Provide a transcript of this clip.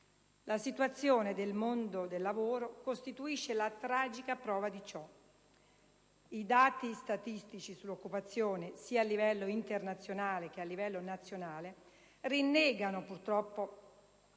La situazione del mondo del lavoro costituisce la tragica prova di ciò. I dati statistici sull'occupazione, sia a livello internazionale che a livello nazionale, confutano infatti